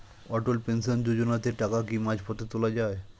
অটল pension যোজনাতে টাকা কি মাঝপথে তোলা যায়?